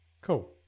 Cool